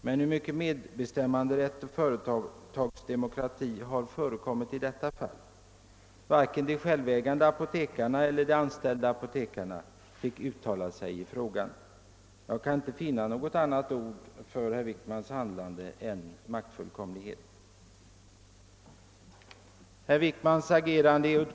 Men hur mycket medbestämmanderätt och företagsdemokrati har förekommit i detta fall? Varken de självägande apotekarna eller de anställda apotekarna fick uttala sig i frågan. Jag kan inte finna något annat ord för herr Wickmans handlande än maktfullkomlighet.